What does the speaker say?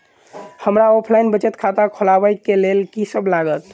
हमरा ऑफलाइन बचत खाता खोलाबै केँ लेल की सब लागत?